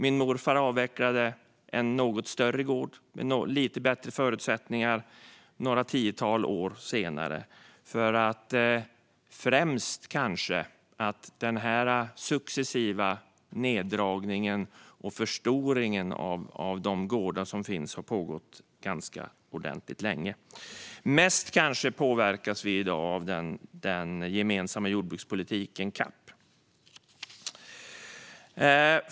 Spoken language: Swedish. Min morfar avvecklade en något större gård med lite bättre förutsättningar några tiotal år senare. Den successiva neddragningen och förstoringen av de gårdar som finns har pågått ganska ordentligt länge. Mest påverkas vi i dag kanske av den gemensamma jordbrukspolitiken, CAP.